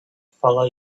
follow